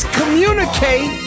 communicate